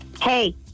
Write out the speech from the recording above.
Hey